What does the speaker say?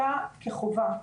אלא כחובה.